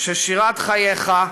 שירת חייך,